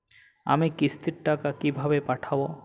আমি কিস্তির টাকা কিভাবে পাঠাব?